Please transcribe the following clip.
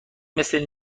مثل